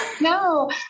No